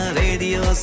radio